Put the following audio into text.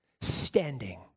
standing